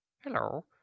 Hello